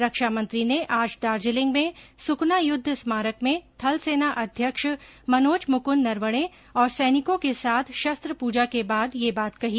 रक्षा मंत्री ने आज दार्जिलिंग में सुकना युद्ध स्मारक में थलसेना अध्यक्ष मनोज मुकुंद नरवणे और सैनिकों के साथ शस्त्र पूजा के बाद यह बात कही